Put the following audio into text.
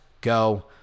go